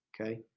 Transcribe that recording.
Okay